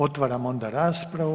Otvaram onda raspravu.